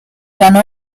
ganó